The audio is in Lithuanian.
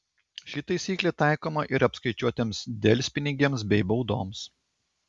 ši taisyklė taikoma ir apskaičiuotiems delspinigiams bei baudoms